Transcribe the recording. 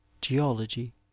geology